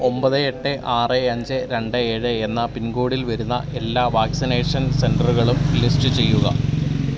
ഒമ്പത് എട്ട് ആറ് അഞ്ച് രണ്ട് ഏഴ് എന്ന പിൻകോഡിൽ വരുന്ന എല്ലാ വാക്സിനേഷൻ സെൻറ്ററുകളും ലിസ്റ്റ് ചെയ്യുക